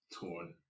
torn